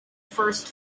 first